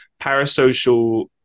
parasocial